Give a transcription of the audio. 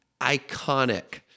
iconic